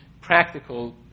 practical